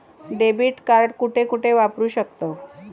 Debit card कुठे कुठे वापरू शकतव?